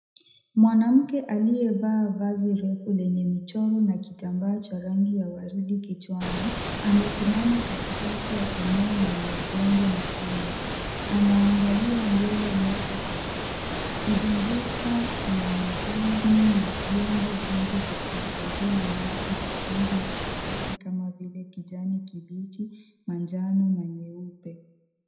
Mwanamke aliyevaa vazi refu lenye michoro na kitambaa cha rangi ya waridi kichwani amesimama katikati ya eneo lenye udongo na vumbi. Anaangalia mbele moja kwa moja. Kuzunguka kuna madumu na vyombo vingi vya kuhifadhia maji vya rangi mbalimbali kama vile kijani kibichi, manjano na nyeupe.